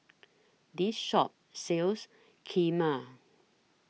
This Shop sells Kheema